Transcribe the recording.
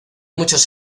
muchos